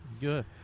Good